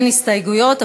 אין הסתייגויות,